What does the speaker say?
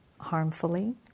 harmfully